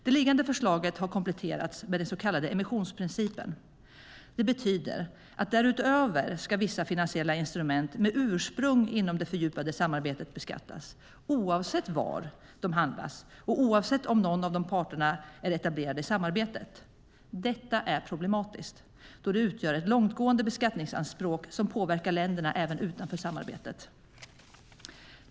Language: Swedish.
Det liggande förslaget har kompletterats med den så kallade emissionsprincipen. Det betyder att därutöver ska vissa finansiella instrument med ursprung inom det fördjupade samarbetet beskattas oavsett var de handlas och oavsett om någon av parterna är etablerade i samarbetet. Detta är problematiskt då det utgör ett långtgående beskattningsanspråk som påverkar länder även utanför samarbetet.